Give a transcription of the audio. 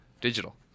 Digital